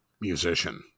musician